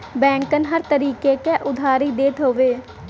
बैंकन हर तरीके क उधारी देत हउए